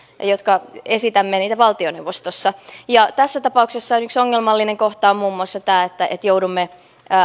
jotka esitämme niitä valtioneuvostossa tässä tapauksessa yksi ongelmallinen kohta on muun muassa tämä että että joudumme